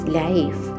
life